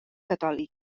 catòlic